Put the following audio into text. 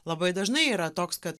labai dažnai yra toks kad